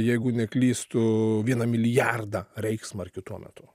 jeigu neklystu vieną milijardą reichsmarkių tuo metu